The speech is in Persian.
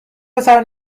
پسر